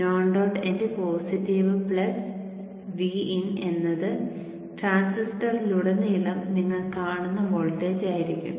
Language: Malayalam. non dot end positive plus Vin എന്നത് ട്രാൻസിസ്റ്ററിലുടനീളം നിങ്ങൾ കാണുന്ന വോൾട്ടേജായിരിക്കും